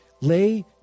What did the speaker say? Lay